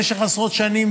במשך עשרות שנים,